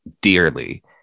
dearly